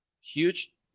huge